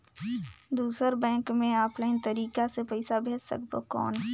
दुसर बैंक मे ऑफलाइन तरीका से पइसा भेज सकबो कौन?